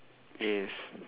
yes